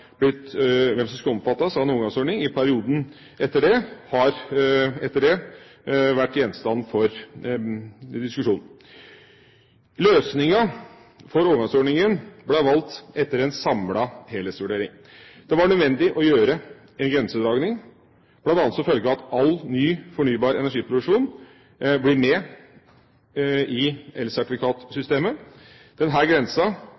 hvem som skal omfattes av en overgangsordning i perioden etter det, har vært gjenstand for diskusjon. Løsningen for overgangsordningen ble valgt etter en samlet helhetsvurdering. Det var nødvendig å foreta en grensedragning bl.a. som følge av at all ny fornybar energiproduksjon blir med i